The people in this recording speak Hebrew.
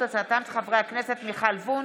חברי הכנסת מיכל וונש,